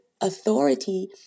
authority